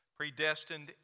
predestined